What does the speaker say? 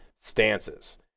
stances